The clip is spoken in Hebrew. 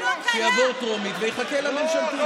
שיעבור טרומית ויחכה לממשלתית.